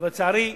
אבל, לצערי,